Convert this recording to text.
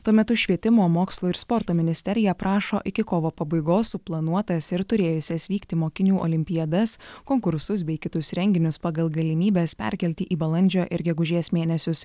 tuo metu švietimo mokslo ir sporto ministerija prašo iki kovo pabaigos suplanuotas ir turėjusias vykti mokinių olimpiadas konkursus bei kitus renginius pagal galimybes perkelti į balandžio ir gegužės mėnesius